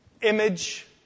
image